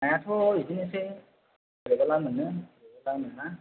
नायाथ' बिदिनोसो बोरैबाबा मोनो बोरैबाबा मोना